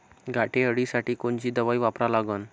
घाटे अळी साठी कोनची दवाई वापरा लागन?